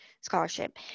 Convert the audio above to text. scholarship